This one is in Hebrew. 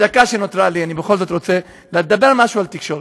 בדקה שנותרה לי אני בכל זאת רוצה להגיד משהו על תקשורת.